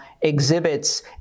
exhibits